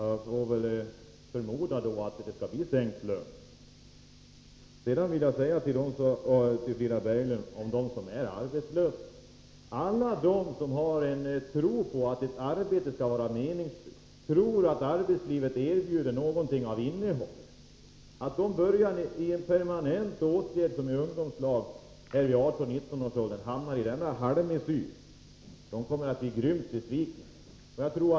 Jag förmodar därför att det kommer att bli sänkt lön. Sedan vill jag säga till Frida Berglund att alla som har en tro på att ett arbete skall vara meningsfyllt tror att arbetslivet erbjuder något innehåll. Men att då sätta in en sådan permanent åtgärd som denna halvmesyr med ungdomslag, så att de som är i 18-19-årsåldern hamnar i den situationen, kommer att leda till att de blir grymt besvikna.